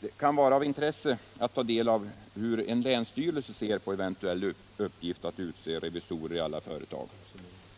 Det kan vara av intresse att ta del av hur en länsstyrelse ser på en eventuell uppgift att utse revisorer i alla företag.